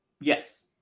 Yes